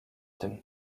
tym